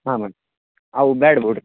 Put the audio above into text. ಹಾಂ ಮ್ಯಾಮ್ ಅವ ಬ್ಯಾಡ್ ಬುಡ್ರಿ